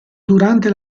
durante